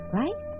right